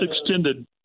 extended